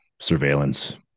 surveillance